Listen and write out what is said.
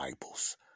Bibles